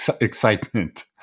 excitement